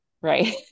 Right